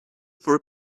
for